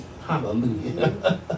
Hallelujah